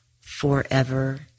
forever